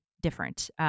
different